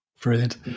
Brilliant